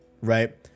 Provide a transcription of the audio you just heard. Right